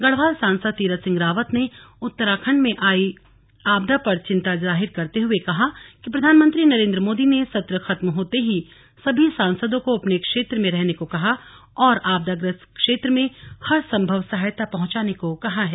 गढ़वाल सांसद तीरथ सिंह रावत ने उत्तराखण्ड में आई आपदा पर चिन्ता जाहिर करते हुए कहा कि प्रधानमंत्री नरेन्द्र मोदी ने सत्र खत्म होते ही सभी सांसदो को अपने क्षेत्र में रहने को कहा और आपदाग्रस्त क्षेत्र में हर सम्भव सहायता पहुंचाने को कहा है